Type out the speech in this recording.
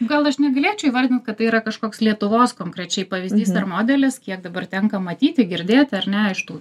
gal aš negalėčiau įvardint kad tai yra kažkoks lietuvos konkrečiai pavyzdys ar modelis kiek dabar tenka matyti girdėti ar ne iš tų